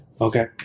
Okay